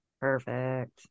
Perfect